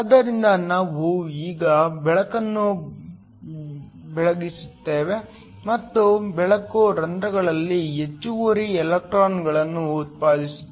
ಆದ್ದರಿಂದ ನಾವು ಈಗ ಬೆಳಕನ್ನು ಬೆಳಗಿಸುತ್ತೇವೆ ಮತ್ತು ಬೆಳಕು ರಂಧ್ರಗಳಲ್ಲಿ ಹೆಚ್ಚುವರಿ ಎಲೆಕ್ಟ್ರಾನ್ಗಳನ್ನು ಉತ್ಪಾದಿಸುತ್ತದೆ